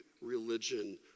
religion